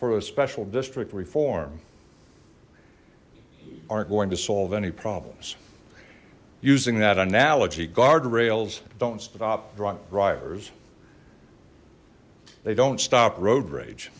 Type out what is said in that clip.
a special district reform aren't going to solve any problems using that analogy guardrails don't stop drunk drivers they don't stop road rage